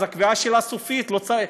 אז הקביעה שלה תהיה סופית ולא צריך,